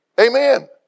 amen